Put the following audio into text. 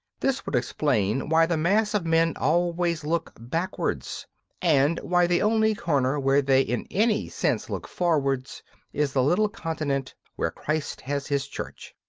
this would explain why the mass of men always look backwards and why the only corner where they in any sense look forwards is the little continent where christ has his church.